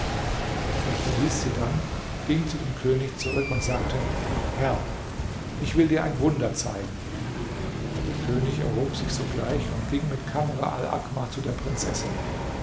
er verließ sie dann ging zu dem könig zurück und sagte herr ich will dir ein wunder zeigen der könig erhob sich sogleich und ging mit kamr al akmar zu der prinzessin